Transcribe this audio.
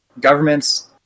governments